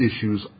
issues